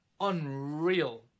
unreal